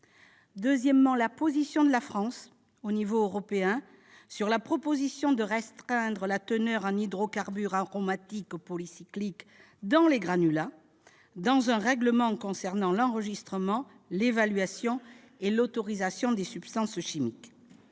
humaine ; la position de la France sur la proposition de restreindre la teneur en hydrocarbures aromatiques polycycliques dans les granulats dans un règlement européen concernant l'enregistrement, l'évaluation et l'autorisation des substances chimiques